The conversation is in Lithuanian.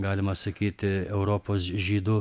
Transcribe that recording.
galima sakyti europos žydų